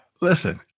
listen